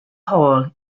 hall